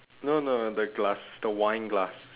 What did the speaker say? no no the glass the wine glass